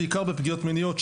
בעיקר בפגיעות מיניות,